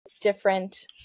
different